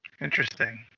Interesting